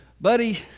Buddy